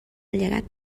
llegat